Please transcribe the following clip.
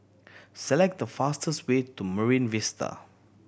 select the fastest way to Marine Vista